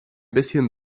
bisschen